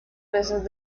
veces